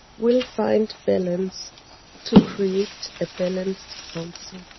will find balance to create a balanced council.